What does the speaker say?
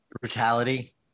brutality